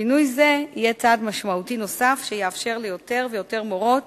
שינוי זה יהיה צעד משמעותי נוסף שיאפשר ליותר מורות